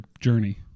journey